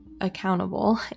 accountable